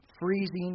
freezing